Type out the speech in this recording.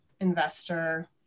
investor